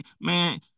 man